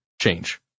Change